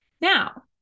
Now